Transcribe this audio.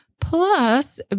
plus